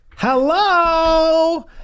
hello